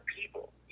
people